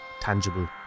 tangible